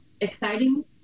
exciting